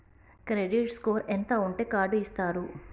Credit score ఎంత ఉంటే card ఇస్తారు?